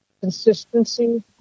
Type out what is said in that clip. consistency